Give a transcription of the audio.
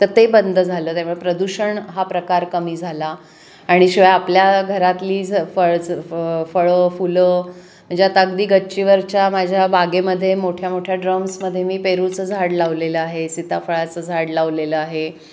तर ते बंद झालं त्यामुळे प्रदूषण हा प्रकार कमी झाला आणि शिवाय आपल्या घरातली झ फळज फळं फुलं म्हणजे आता अगदी गच्चीवरच्या माझ्या बागेमध्ये मोठ्या मोठ्या ड्रम्समध्ये मी पेरूचं झाड लावलेलं आहे सीताफळाचं झाड लावलेलं आहे